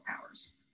powers